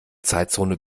zeitzone